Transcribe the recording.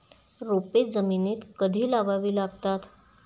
रोपे जमिनीत कधी लावावी लागतात?